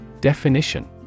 Definition